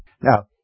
Now